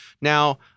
Now